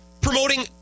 promoting